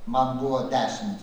man buvo dešimt